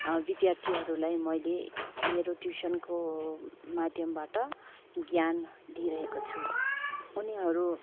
विद्धयार्थीहरूलाई मैले मेरो ट्युसनको माध्यमबाट ज्ञान दिइरहेको छु उनीहरू